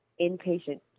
inpatient